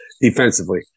defensively